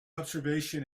observation